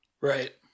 Right